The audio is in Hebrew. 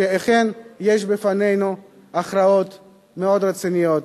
שאכן יש בפנינו הכרעות מאוד רציניות,